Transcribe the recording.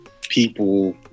people